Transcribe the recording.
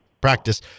practice